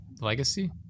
legacy